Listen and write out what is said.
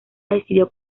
decidió